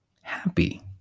happy